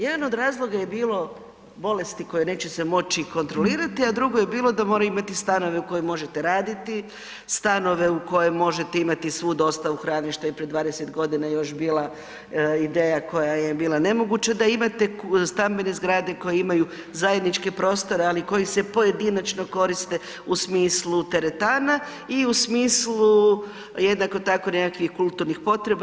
Jedan od razloga je bilo bolesti koje se neće moći kontrolirati, a drugo je bilo da moraju imati stanove u kojima možete raditi, stanove u kojima možete imati svu dostavu hrane što je prije 20 godine još bila ideja koja je bila nemoguća, da imate stambene zgrade koje imaju zajedničke prostore ali koji se pojedinačno koriste u smislu teretana i u smislu jednako tako nekakvih kulturnih potreba.